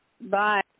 bye